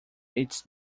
its